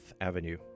Avenue